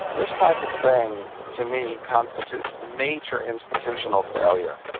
this type of thing, to me, constitutes major institutional failure,